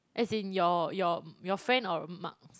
as in your your your friend or Mark's